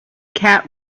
cat